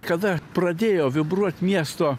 kada pradėjo vibruot miesto